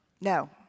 No